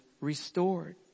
restored